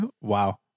Wow